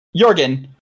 Jorgen